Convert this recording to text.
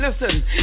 Listen